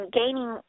gaining